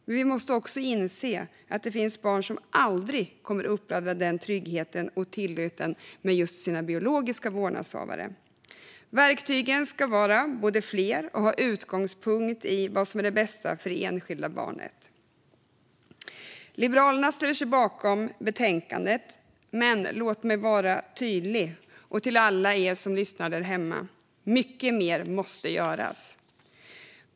Men vi måste också inse att det finns barn som aldrig kommer att uppleva den tryggheten och tilliten med sina biologiska vårdnadshavare. Verktygen ska vara fler och ha utgångspunkt i vad som är det bästa för det enskilda barnet. Liberalerna ställer sig bakom betänkandet. Men låt mig vara tydlig gentemot alla er som lyssnar där hemma: Mycket mer måste göras.